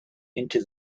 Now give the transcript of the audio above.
into